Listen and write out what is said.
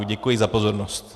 Děkuji za pozornost.